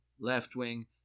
left-wing